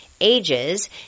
ages